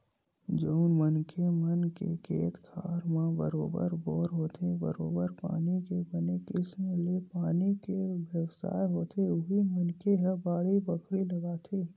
जउन मनखे मन के खेत खार म बरोबर बोर होथे बरोबर पानी के बने किसम ले पानी के बेवस्था होथे उही मनखे ह बाड़ी बखरी लगाथे